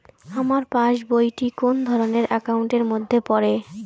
আমার পাশ বই টি কোন ধরণের একাউন্ট এর মধ্যে পড়ে?